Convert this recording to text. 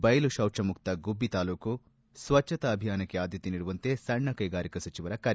ಬಯಲು ಶೌಚಮುಕ್ತ ಗುಬ್ಬಿ ತಾಲೂಕು ಸ್ವಚ್ಚತಾ ಅಭಿಯಾನಕ್ಕೆ ಆದ್ಯತೆ ನೀಡುವಂತೆ ಸಣ್ಣ ಕೈಗಾರಿಕಾ ಸಚಿವರ ಕರೆ